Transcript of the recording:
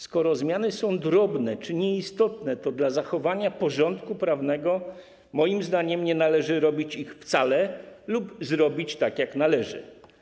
Skoro zmiany są drobne czy nieistotne, to dla zachowania porządku prawnego, moim zdaniem, nie należy robić ich wcale lub zrobić tak, jak należy.